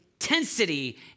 intensity